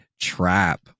trap